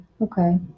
Okay